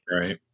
Right